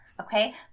Okay